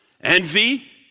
Envy